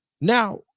Now